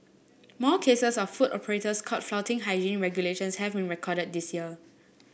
more cases of food operators caught flouting hygiene regulations have been recorded this year